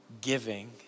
giving